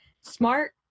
Smart